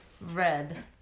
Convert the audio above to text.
Red